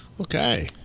Okay